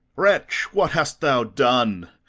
wretch, what hast thou done?